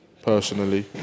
Personally